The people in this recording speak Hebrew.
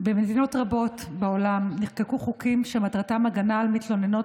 במדינות רבות בעולם נחקקו חוקים שמטרתם הגנה על מתלוננות